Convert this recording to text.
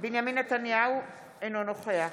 בנימין נתניהו, אינו נוכח